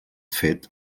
fet